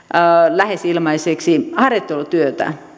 lähes ilmaiseksi harjoittelutyötä